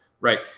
right